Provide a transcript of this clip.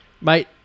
Mate